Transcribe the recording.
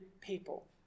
people